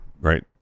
Right